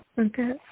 okay